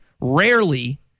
Rarely